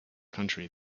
country